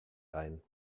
ein